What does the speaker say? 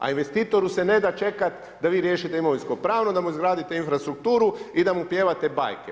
A investitoru se ne da čekat da vi riješite imovinsko pravno da mu izgradite infrastrukturu i da mu pjevate bajke.